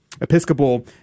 Episcopal